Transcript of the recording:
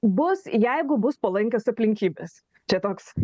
bus jeigu bus palankios aplinkybės čia toks